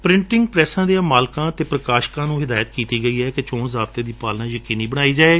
ਪ੍ਰੇਟਿੰਗ ਪ੍ਰੈਸਾਂ ਦਿਆਂ ਮਾਲਕਾਂ ਅਤੇ ਪ੍ਰਕਾਸ਼ਕਾਂ ਨੂੰ ਹਿਦਾਇਤ ਕੀਤੀ ਗਈ ਏ ਕਿ ਚੋਣ ਜ਼ਾਬਤੇ ਦੀ ਪਾਲਣਾ ਯਕੀਨੀ ਬਣਾਈ ਜਾਵੇ